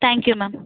thank you ma'am